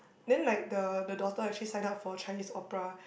then like the the daughter actually sign up for Chinese opera